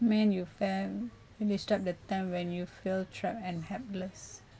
mean you felt describe a time when you feel trapped and helpless